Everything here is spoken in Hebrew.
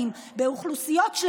הוא פעיל בנושא הזה,